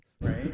right